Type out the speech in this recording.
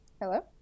Hello